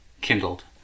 kindled